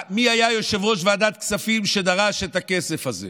מי היה יושב-ראש ועדת כספים שדרש את הכסף הזה.